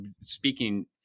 speaking